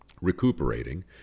recuperating